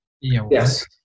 Yes